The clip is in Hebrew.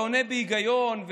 ועונה בהיגיון,